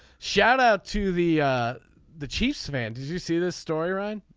shout out to the the chiefs fan. did you see this story or. ah and